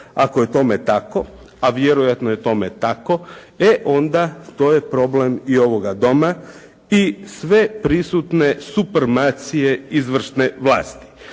Ako je tome tako, a vjerojatno je tome tako, e onda to je problem i ovoga Doma i sveprisutne supremacije izvršne vlasti.